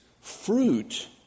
fruit